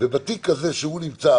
ובתיק הזה שהוא נמצא,